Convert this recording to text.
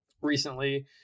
recently